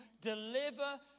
deliver